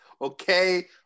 okay